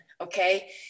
okay